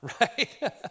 right